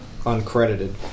uncredited